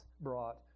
brought